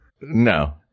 no